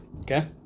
Okay